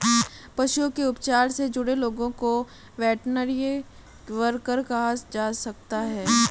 पशुओं के उपचार से जुड़े लोगों को वेटरनरी वर्कर कहा जा सकता है